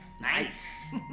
Nice